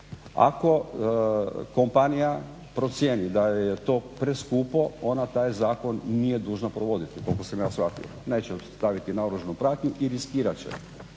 Ako kompanija procijeni da joj je to preskupo ona taj zakon nije dužna provoditi koliko sam ja shvatio. Neće staviti naoružanu pratnju i riskirat će.